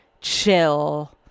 Chill